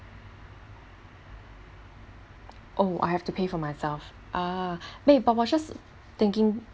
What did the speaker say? oh I have to pay for myself ah but I was just thinking